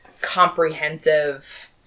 comprehensive